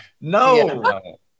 No